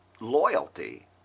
loyalty